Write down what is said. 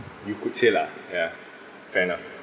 you could say lah ya fair enough